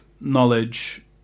knowledge